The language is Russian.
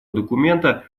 документа